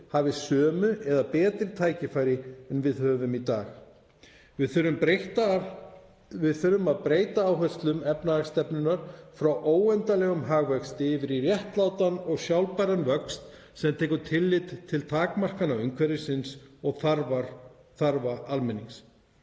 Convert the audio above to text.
hafi sömu eða betri tækifæri en við höfum í dag. Við þurfum að breyta áherslum efnahagsstefnunnar frá óendanlegum hagvexti yfir í réttlátan og sjálfbæran vöxt sem tekur tillit til takmarkana umhverfisins og þarfa almennings.